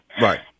Right